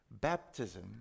Baptism